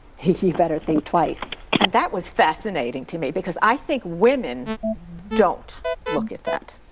you better think twice. and that was fascinating to me because i think women don't look at that.